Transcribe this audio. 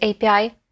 API